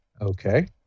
Okay